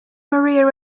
maria